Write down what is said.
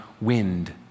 wind